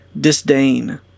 disdain